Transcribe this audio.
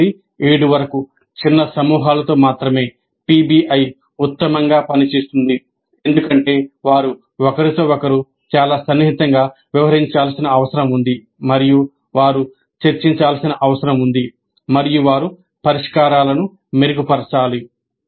5 నుండి 7 వరకు చిన్న సమూహాలతో మాత్రమే పిబిఐ ఉత్తమంగా పనిచేస్తుంది ఎందుకంటే వారు ఒకరితో ఒకరు చాలా సన్నిహితంగా వ్యవహరించాల్సిన అవసరం ఉంది మరియు వారు చర్చించాల్సిన అవసరం ఉంది మరియు వారు పరిష్కారాలను మెరుగుపరచాలి